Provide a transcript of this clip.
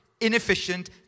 inefficient